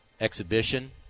exhibition